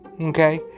okay